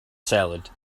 salad